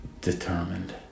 determined